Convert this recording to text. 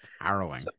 harrowing